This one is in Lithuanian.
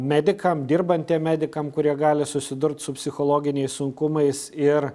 medikam dirbantiem medikam kurie gali susidurt su psichologiniais sunkumais ir